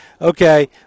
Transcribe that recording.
Okay